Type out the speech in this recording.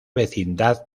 vecindad